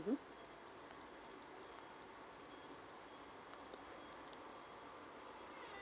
mmhmm